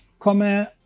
komme